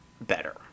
better